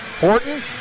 Horton